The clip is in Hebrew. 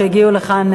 שהגיעו לכאן,